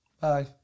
Bye